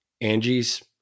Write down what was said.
angie's